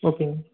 ஓகேங்க